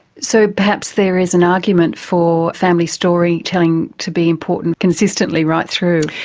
so perhaps there is an argument for family storytelling to be important consistently right through?